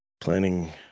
planning